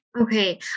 Okay